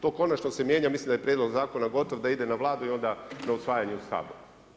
To konačno se mijenja, mislim da je prijedlog zakona gotov, da ide na Vladu i onda na usvajanje u Sabor.